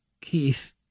Keith